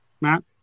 Matt